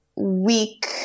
week